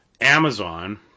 Amazon